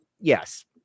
yes